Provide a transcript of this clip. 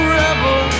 rebel